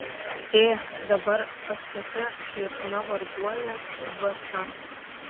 ė dabar aš tokia biedna varguolė į basa